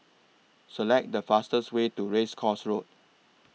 Select The fastest Way to Race Course Road